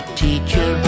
teacher